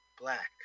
Black